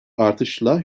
artışla